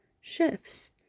shifts